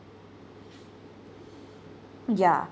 ya